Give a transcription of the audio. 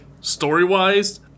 story-wise